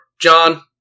John